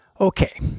Okay